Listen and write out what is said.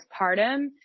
postpartum